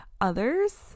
others